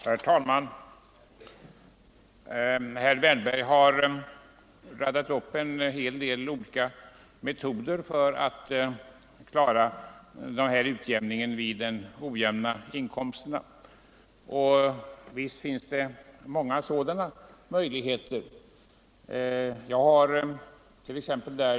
Herr talman! Herr Wärnberg har radat upp en hel del olika metoder för att fördela ojämna inkomster, och visst finns det många sådana möjligheter. Jag hart.ex.